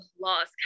lost